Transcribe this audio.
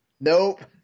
Nope